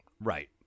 Right